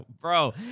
bro